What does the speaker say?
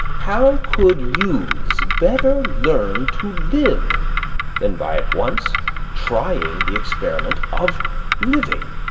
how could youths better learn to live than by at once trying the experiment of living?